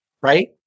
right